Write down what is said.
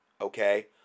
Okay